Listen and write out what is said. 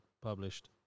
published